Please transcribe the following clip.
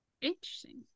Interesting